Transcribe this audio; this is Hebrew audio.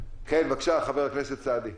חבר הכנסת סעדי,